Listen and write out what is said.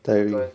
tiring